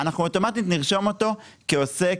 אנחנו אוטומטית נרשום אותו כעוסק